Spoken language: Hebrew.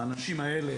האנשים האלה,